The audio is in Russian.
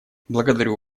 благодарю